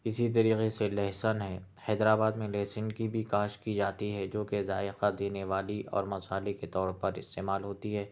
اسی طریقے سے لہسن ہے حیدر آباد میں لہسن کی بھی کاشت کی جاتی ہے جو کہ ذائقہ دینے والی اور مسالے کے طور پر استعمال ہوتی ہے